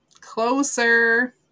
closer